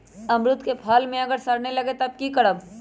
अमरुद क फल म अगर सरने लगे तब की करब?